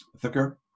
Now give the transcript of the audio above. thicker